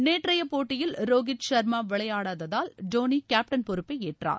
நேற்றைய போட்டியில் ரோகித் சர்மா விளையாடததால் டோனி கேப்டன் பொறுப்பை ஏற்றார்